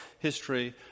history